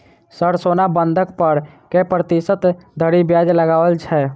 Sir सोना बंधक पर कऽ प्रतिशत धरि ब्याज लगाओल छैय?